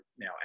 now